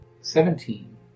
Seventeen